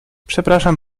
przepraszam